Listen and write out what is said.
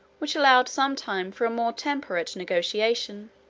which allowed some time for a more temperate negotiation.